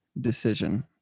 decision